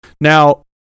now